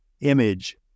image